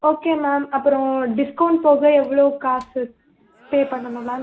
okay ma'am அப்புறம் discount போக எவ்வளவு காசு பே பண்ணணும் மேம்